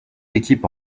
équipe